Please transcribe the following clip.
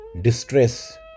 distress